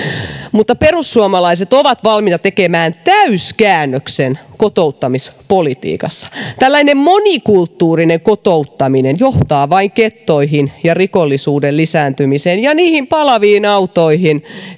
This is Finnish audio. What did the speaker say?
mutta perussuomalaiset ovat valmiita tekemään täyskäännöksen kotouttamispolitiikassa tällainen monikulttuurinen kotouttaminen johtaa vain gettoihin ja rikollisuuden lisääntymiseen ja niihin palaviin autoihin